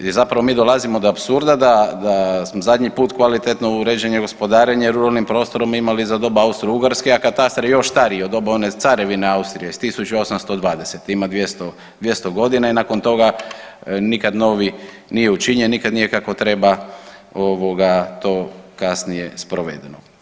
I zapravo mi dolazimo do apsurda da, da smo zadnji put kvalitetno uređenje, gospodarenjem ruralnim prostorom imali za doba Austrougarske, a katastar je još stariji u doba one Carevine Austrije iz 1920. ima 200, 200 godina i nakon toga nikad novi nije učinjen, nikad nije kako treba ovoga to kasnije sprovedeno.